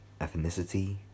ethnicity